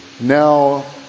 now